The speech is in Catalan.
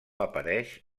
apareix